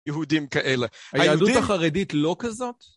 יהודים כאלה. היהדות החרדית לא כזאת?